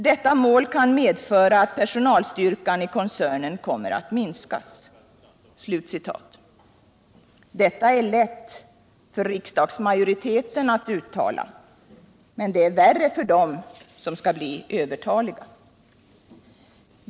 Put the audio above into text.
Detta mål kan medföra att personalstyrkan i koncernen kommer att minska.” Det är lätt för riksdagsmajoriteten att uttala detta, men det är värre för dem som skall bli övertaliga.